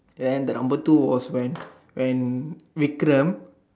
than the number two was when when Wekrum